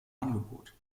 angebot